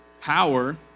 power